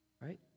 right